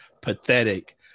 pathetic